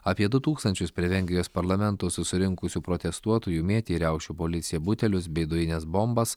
apie du tūkstančius prie vengrijos parlamento susirinkusių protestuotojų mėtė į riaušių policiją butelius bei dujines bombas